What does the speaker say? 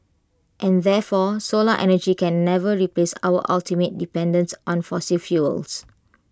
and therefore solar energy can never replace our ultimate dependence on fossil fuels